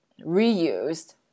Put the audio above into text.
reused